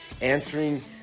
answering